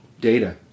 data